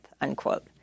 unquote